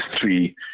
three